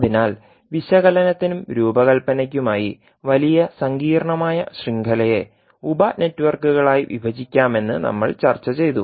അതിനാൽ വിശകലനത്തിനും രൂപകൽപ്പനയ്ക്കുമായി വലിയ സങ്കീർണ്ണമായ ശൃംഖലയെ ഉപ നെറ്റ്വർക്കുകളായി വിഭജിക്കാമെന്ന് നമ്മൾ ചർച്ച ചെയ്തു